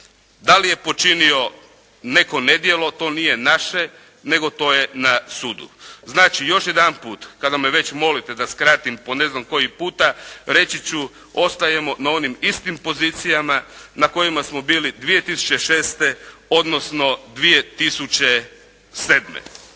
Da li je počinio neko nedjelo to nije naše nego to je na sudu. Znači još jedanput kada me već molite da skratim po ne znam koji puta reći ću ostajemo na onim istim pozicijama na kojima smo bili 2006. odnosno 2007.